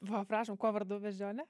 va prašom kuo vardu beždžionė